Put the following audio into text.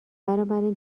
بنابراین